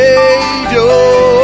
Savior